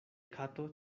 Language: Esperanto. kato